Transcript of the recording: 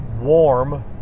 warm